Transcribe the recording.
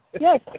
Yes